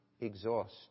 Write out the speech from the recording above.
exhaust